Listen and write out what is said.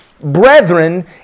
Brethren